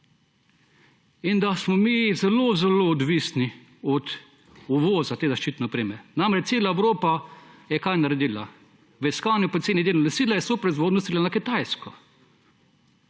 in da smo mi zelo zelo odvisni od uvoza te zaščitne opreme. Namreč, cela Evropa je naredila – kaj? V iskanju poceni delovne sile so proizvodnjo selili na Kitajsko.